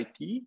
IP